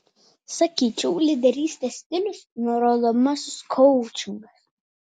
sakyčiau lyderystės stilius nurodomasis koučingas